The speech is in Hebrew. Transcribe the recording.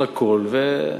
על הכול,